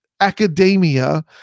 academia